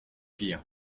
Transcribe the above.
pear